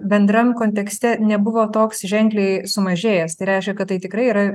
bendram kontekste nebuvo toks ženkliai sumažėjęs tai reiškia kad tai tikrai yra